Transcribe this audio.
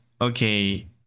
okay